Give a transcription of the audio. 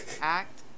act